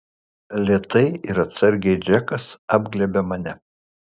lėtai ir atsargiai džekas apglėbia mane